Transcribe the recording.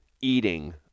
eating